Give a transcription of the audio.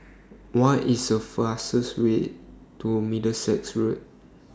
What IS The fastest Way to Middlesex Road